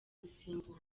gusimburwa